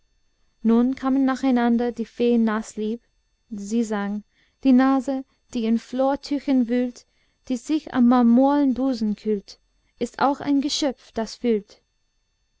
nun kamen nacheinander die fee naslieb sie sang die nase die in flortüchern wühlt die sich am marmornen busen kühlt ist auch ein geschöpf das fühlt